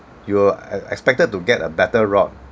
you're e~ expected to get a better rod